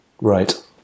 Right